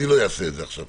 אני לא אעשה את זה עכשיו.